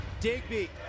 Digby